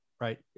Right